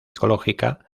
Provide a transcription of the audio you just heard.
ecológica